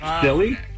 Silly